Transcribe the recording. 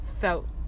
felt